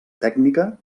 tècnica